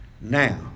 Now